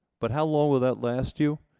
but how long will that last you?